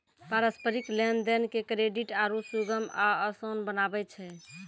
पारस्परिक लेन देन के क्रेडिट आरु सुगम आ असान बनाबै छै